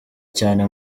cyane